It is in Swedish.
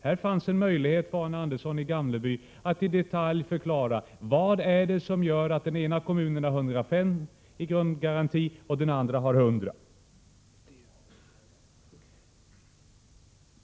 Här finns en möjlighet för Arne Andersson att i detalj förklara vad det är som gör att den ena kommunen har 105 i grundgaranti och den andra 100.